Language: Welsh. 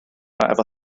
efo